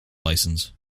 license